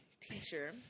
teacher